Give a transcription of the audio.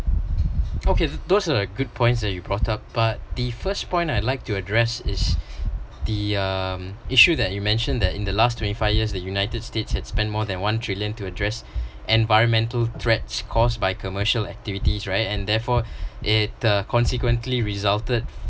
okay those are good points that you brought up but the first point I'd like to address is the um issue that you mentioned that in the last twenty five years the united states had spent more than one trillion to address environmental threats caused by commercial activities right and therefore it uh consequently resulted